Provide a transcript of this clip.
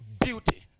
beauty